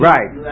Right